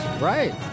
Right